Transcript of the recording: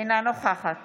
אינה נוכחת